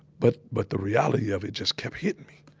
but, but the reality of it just kept hittin' me.